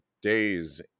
days